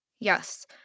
Yes